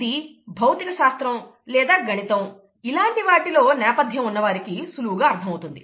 ఇది భౌతిక శాస్త్రం లేదా గణితం ఇలాంటి వాటిలో నేపథ్యం ఉన్నవారికి సులువుగా అర్థమవుతుంది